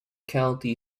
county